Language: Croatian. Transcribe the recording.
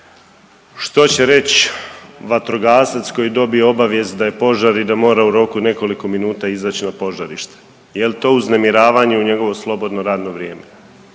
Što će reć vatrogasac koji dobije obavijest da je požar i da mora u roku nekoliko minuta izać na požarište, jel to uznemiravanje u njegovo slobodno radno vrijeme,